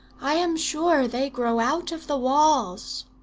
i am sure they grow out of the walls